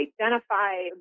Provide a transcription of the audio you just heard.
identify